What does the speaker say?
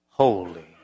Holy